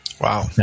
Wow